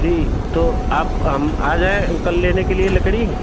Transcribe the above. जी तो आप हम आ जाए वह कल लेने के लिए लकड़ी